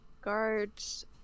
guards